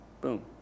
Boom